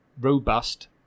robust